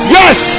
yes